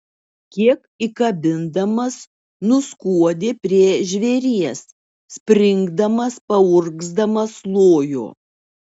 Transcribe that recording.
kiek įkabindamas nuskuodė prie žvėries springdamas paurgzdamas lojo